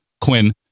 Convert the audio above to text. Quinn